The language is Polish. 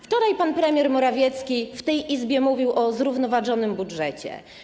Wczoraj pan premier Morawiecki w tej Izbie mówił o zrównoważonym budżecie.